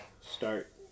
start